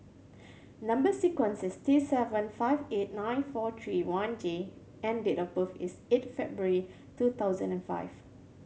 number sequence is T seven five eight nine four three one J and date of birth is eight February two thousand and five